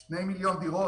2 מיליון דירות,